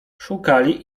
szukali